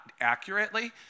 accurately